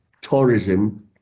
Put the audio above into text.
tourism